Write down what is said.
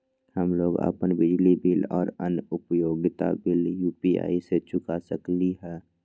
हम लोग अपन बिजली बिल और अन्य उपयोगिता बिल यू.पी.आई से चुका सकिली ह